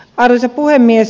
arvoisa puhemies